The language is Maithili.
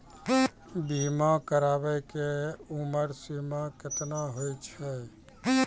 बीमा कराबै के उमर सीमा केतना होय छै?